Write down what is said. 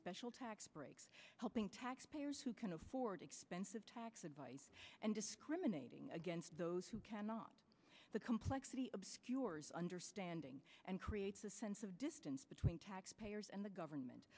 special tax breaks helping taxpayers who can afford expensive tax advice and discriminating against those who cannot the complexity obscures understanding and creates a sense of distance between taxpayers and the government